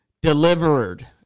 Delivered